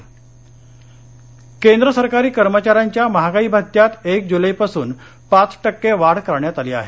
मंत्रिमंडळ निर्णय केंद्र सरकारी कर्मचाऱ्यांच्या महागाई भत्त्यात एक जुलैपासून पाच टक्के वाढ करण्यात आली आहे